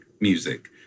music